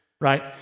Right